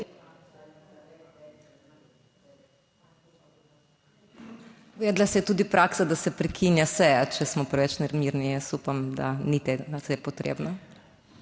Uvedla se je tudi praksa, da se prekinja seja, če smo preveč nemirni. Jaz upam, da ni potrebno.